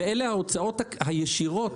אלה ההוצאות הישירות.